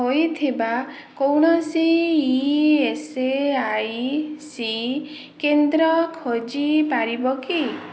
ହୋଇଥିବା କୌଣସି ଇଏସ୍ଆଇସି କେନ୍ଦ୍ର ଖୋଜିପାରିବ କି